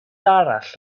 arall